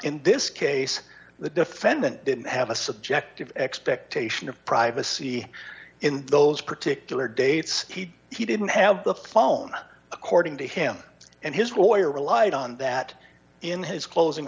in this case the defendant didn't have a subjective expectation of privacy in those particular dates he didn't have the phone according to him and his lawyer relied on that in his closing